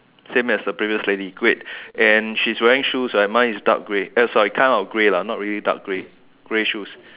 same as the previous lady great and she's wearing shoes right mine is dark grey uh sorry kind of grey lah not really dark grey grey shoes